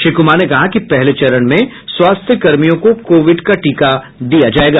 श्री कुमार ने कहा कि पहले चरण में स्वास्थ्य कर्मियों को कोविड का टीका दिया जायेगा